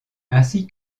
ainsi